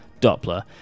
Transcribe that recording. Doppler